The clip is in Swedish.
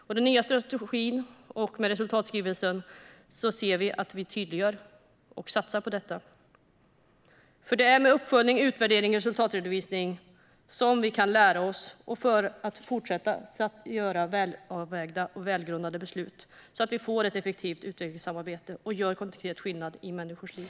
Med den nya strategin och resultatskrivelsen ser vi att vi tydliggör och satsar på detta. Det är nämligen med uppföljning, utvärdering och resultatredovisning som vi kan lära oss för att kunna fortsätta göra välavvägda och välgrundade beslut så att vi får ett effektivt utvecklingssamarbete och gör konkret skillnad i människors liv.